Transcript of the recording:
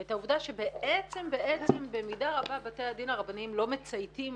ואת העובדה שבעצם בעצם במידה רבה בתי הדין הרבניים לא מצייתים